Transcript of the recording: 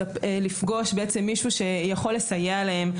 לפגוש מישהו שיכול לסייע להם,